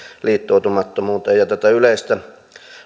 liittoutumattomuuteen tätä yleistä